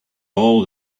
all